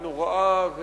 נוראה,